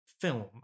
film